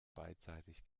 beidseitig